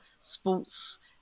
sports